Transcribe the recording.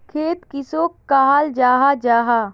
खेत किसोक कहाल जाहा जाहा?